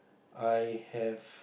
I have